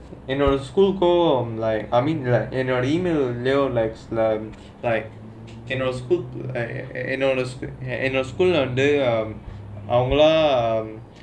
in the school committee like I mean like our email they will like like in a school and a school under like வந்து அவங்கெல்லாம்:vanthu avanggakellaam